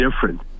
different